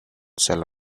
cell